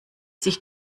sich